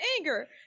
anger